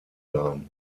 sein